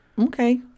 Okay